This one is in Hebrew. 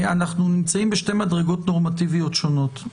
אנחנו נמצאים בשתי מדרגות נורמטיביות שונות.